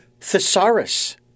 thesaurus